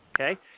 okay